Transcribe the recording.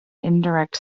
indirect